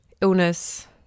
illness